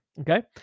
okay